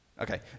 Okay